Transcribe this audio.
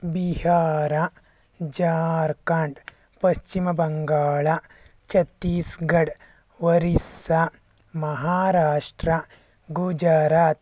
Bihar Jharkhand Paschim Bengal Chhattisgarh Orissa Maharashtra Gujarat